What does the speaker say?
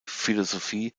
philosophie